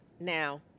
Now